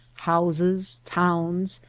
houses, towns,